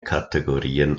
kategorien